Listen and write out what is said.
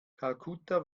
kalkutta